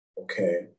Okay